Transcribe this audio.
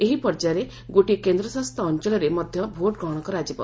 ଏହି ପର୍ଯ୍ୟାୟରେ ଗୋଟିଏ କେନ୍ଦ୍ର ଶାସିତ ଅଞ୍ଚଳରେ ମଧ୍ୟ ଭୋଟ ଗ୍ରହଣ କରାଯିବ